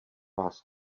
vás